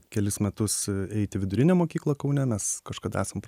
kelis metus eit į vidurinę mokyklą kaune mes kažkada esam